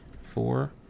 four